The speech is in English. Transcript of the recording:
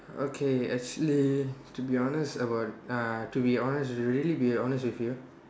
okay actually to be honest about uh to be honest really be honest with you